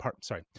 sorry